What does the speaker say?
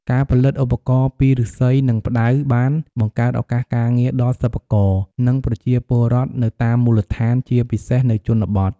ការផលិតឧបករណ៍ពីឫស្សី និងផ្តៅបាន បង្កើតឱកាសការងារ ដល់សិប្បករ និងប្រជាពលរដ្ឋនៅតាមមូលដ្ឋាន ជាពិសេសនៅជនបទ។